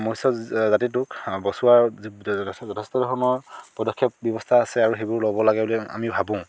মৎস জাতিটোক বচোৱাৰ যি যথেষ্ট ধৰণৰ পদক্ষেপ ব্যৱস্থা আছে আৰু সেইবোৰ ল'ব লাগে বুলি আমি ভাবোঁ